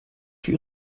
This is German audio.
für